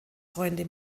freunde